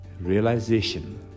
realization